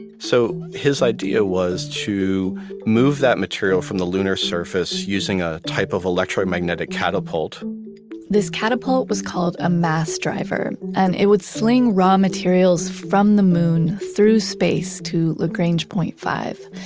so his idea was to move that material from the lunar surface using a type of electromagnetic catapult this catapult was called a mass driver and it would sling raw materials from the moon through space to lagrange point five.